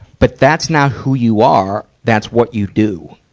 but that's not who you are. that's what you do.